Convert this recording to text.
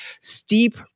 steep